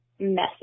Messy